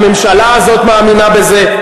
הממשלה הזאת מאמינה בזה,